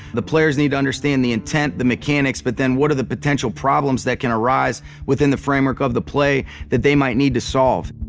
the players need to understand the intent, the mechanics, but then what are the potential problems that can arise within the framework of the play that they might need to solve?